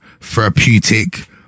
therapeutic